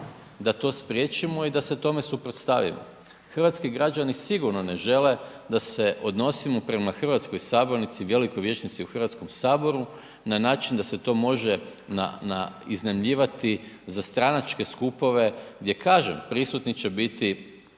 da to spriječimo i da se tome suprotstavimo. Hrvatski građani sigurno ne žele da se odnosimo prema hrvatskoj sabornici i velikoj vijećnici u HS na način da se to može na, na, iznajmljivati za stranačke skupove gdje kažem, prisutni će biti